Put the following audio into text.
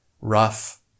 rough